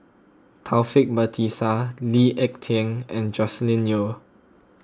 Taufik Batisah Lee Ek Tieng and Joscelin Yeo